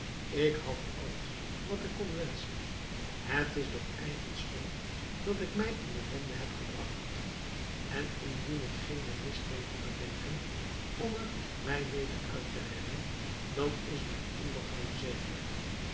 ik had alles wat ik kon wenschen het is door eigen schuld dat ik mij in ellende heb gebragt en indien ik geene list weet te bedenken om er mij weder uit te redden dan is mijn ondergang zeker